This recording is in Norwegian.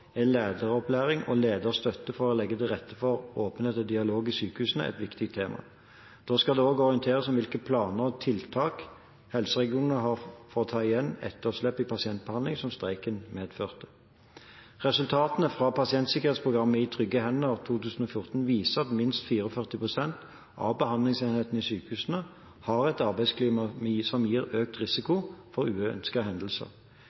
lederopplæring og lederstøtte for å legge til rette for åpenhet og dialog i sykehusene et viktig tema. Da skal det også orienteres om hvilke planer og tiltak helseregionene har for å ta igjen etterslepet i pasientbehandling som streiken medførte. Resultatene fra pasientsikkerhetsprogrammet I trygge hender i 2014 viser at minst 44 pst. av behandlingsenhetene i sykehusene har et arbeidsklima som gir økt risiko for uønskede hendelser.